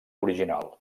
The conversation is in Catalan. original